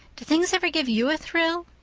do things ever give you a thrill?